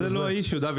דוד, זה לא האישיו.